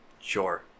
Sure